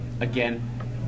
again